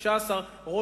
15 קילומטר,